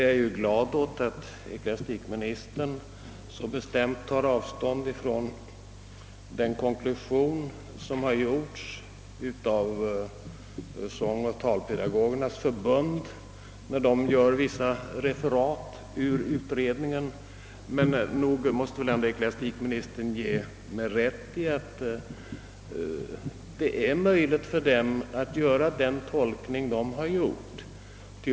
Jag är glad över att ecklesiastikministern så bestämt tar avstånd från den konklusion som har dragits av Sångoch talpedagogernas förbund, när de gör vissa referat av utredningen. Men nog måste väl ecklesiastikministern ge mig rätt i att det är möjligt för dem att tolka utredningen så som de gjort.